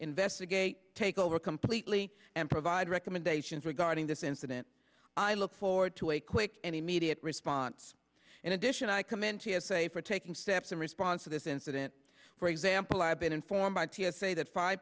investigate take over completely and provide recommendations regarding this incident i look forward to a quick and immediate response in addition i commend t s a for taking steps in response to this incident for example i have been informed by t s a that five